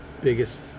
biggest